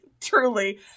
truly